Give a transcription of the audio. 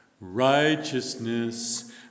Righteousness